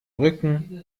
rücken